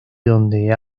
donde